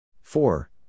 four